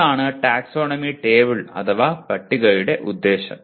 അതാണ് taxonomy table അഥവാ പട്ടികയുടെ ഉദ്ദേശ്യം